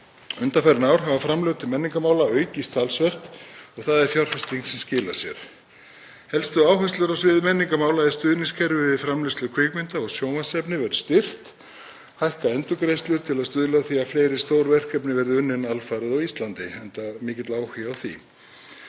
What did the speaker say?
Undanfarin ár hafa framlög til menningarmála aukist talsvert og það er fjárfesting sem skilar sér. Helstu áherslur á sviði menningarmála: Stuðningskerfi við framleiðslu kvikmynda og sjónvarpsefnis verður styrkt, hækka á endurgreiðslur til að stuðla að því að fleiri stór verkefni verði unnin alfarið á Íslandi, enda mikill áhugi á því.